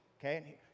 okay